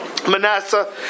Manasseh